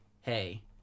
hey